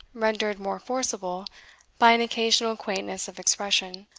rendered more forcible by an occasional quaintness of expression,